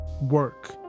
work